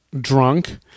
drunk